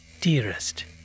Dearest